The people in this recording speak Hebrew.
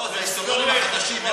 ההיסטוריה היא חשובה.